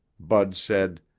bud said,